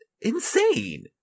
insane